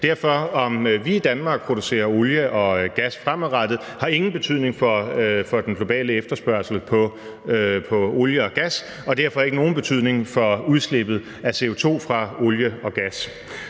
og gas. Om vi i Danmark producerer olie og gas fremadrettet, har derfor ingen betydning for den globale efterspørgsel på olie og gas og derfor ikke nogen betydning for udslippet af CO2 fra olie og gas.